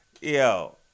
yo